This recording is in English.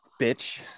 bitch